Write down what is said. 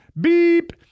beep